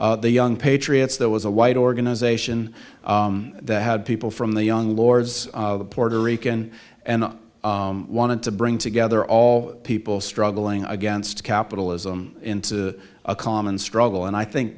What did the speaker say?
from the young patriots there was a white organization that had people from the young lords the puerto rican and wanted to bring together all people struggling against capitalism into a common struggle and i think